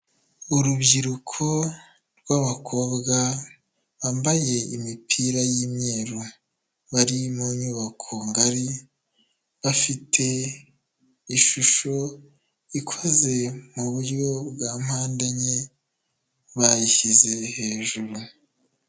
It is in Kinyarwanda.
Urubyiruko rw'abakobwa bambaye imipira y'imweru, bari mu nyubako ngari, bafite ishusho ikoze mu buryo bwa mpande enye bayishyize hejuru.